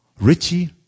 Richie